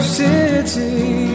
city